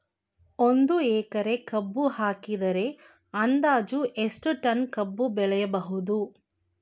ಒಂದು ಎಕರೆ ಕಬ್ಬು ಹಾಕಿದರೆ ಅಂದಾಜು ಎಷ್ಟು ಟನ್ ಕಬ್ಬು ಬೆಳೆಯಬಹುದು?